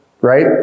Right